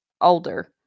older